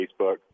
Facebook